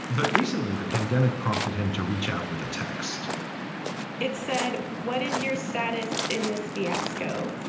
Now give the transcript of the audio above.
but recently, the pandemic prompted him to reach out with a text it said. what is your status in this fiasco?